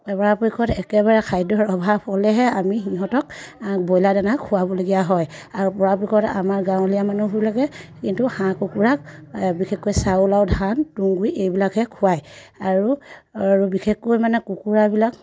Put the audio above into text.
পৰাপক্ষত একেবাৰে খাদ্যৰ অভাৱ হ'লেহে আমি সিহঁতক ব্ৰইলাৰ দানা খোৱাবলগীয়া হয় আৰু পৰাপক্ষত আমাৰ গাঁৱলীয়া মানুহবিলাকে কিন্তু হাঁহ কুকুৰাক বিশেষকৈ চাউল আৰু ধান তুঁহগুৰি এইবিলাকহে খুৱায় আৰু বিশেষকৈ মানে কুকুৰাবিলাক